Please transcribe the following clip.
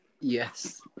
Yes